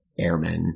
airmen